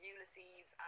Ulysses